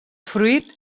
fruit